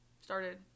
started